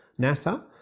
NASA